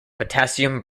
potassium